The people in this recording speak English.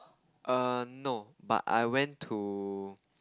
err no but I went to